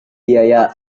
biaya